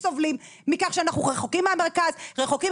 טרם ישבנו עם קופת חולים הכללית וטרם ראינו --- איך,